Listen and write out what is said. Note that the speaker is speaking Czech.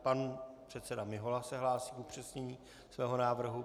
Pan předseda Mihola se hlásí k upřesnění svého návrhu.